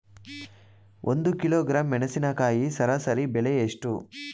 ಒಂದು ಕಿಲೋಗ್ರಾಂ ಮೆಣಸಿನಕಾಯಿ ಸರಾಸರಿ ಬೆಲೆ ಎಷ್ಟು?